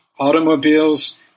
automobiles